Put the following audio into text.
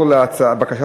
בעד,